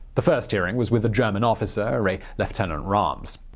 the first hearing was with a german officer, a lieutenant rahms.